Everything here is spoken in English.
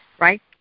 right